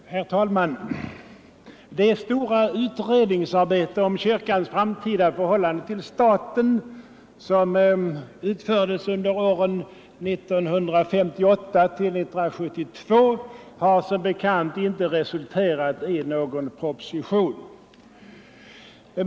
Förhållandet Herr talman! Det stora utredningsarbete om kyrkans framtida förhålmellan kyrka och lande till staten som utfördes under åren 1958-1972 har som bekant stat inte resulterat i någon proposition.